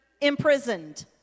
imprisoned